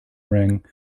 ring